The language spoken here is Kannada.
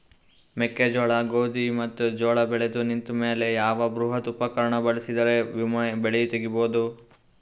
ಮೆಕ್ಕೆಜೋಳ, ಗೋಧಿ ಮತ್ತು ಜೋಳ ಬೆಳೆದು ನಿಂತ ಮೇಲೆ ಯಾವ ಬೃಹತ್ ಉಪಕರಣ ಬಳಸಿದರ ವೊಮೆ ಬೆಳಿ ತಗಿಬಹುದು?